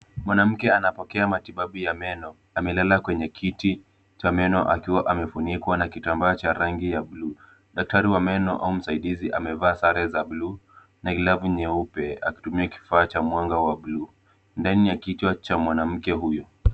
Mwanamke anapokea matibabu ya meno. Amelala kwenye kiti cha meno akiwa amefunikwa na kitambaa cha rangi ya blue . Daktari wa meno au msaidizi amevaa sare za blue na glavu nyeupe akitumia kifaa cha mwanga wa blue ndani ya kichwa cha mwanamke huyu.